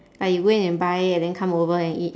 like you go and buy and then come over and eat